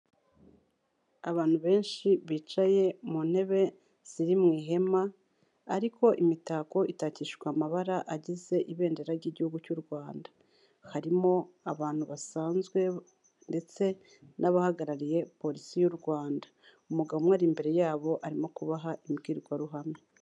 Abantu benshi bicaye mu ntebe ziri mu ihema ariko imitako itakishwa amabara agize ibendera ry'igihugu cy'u Rwanda. Harimo abantu basanzwe ndetse n'abahagarariye polisi y'u Rwanda. Umugabo umwe ari imbere yabo arimo kubaha imbwirwaruhame.